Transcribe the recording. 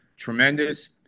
tremendous